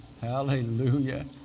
Hallelujah